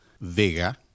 Vega